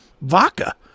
vodka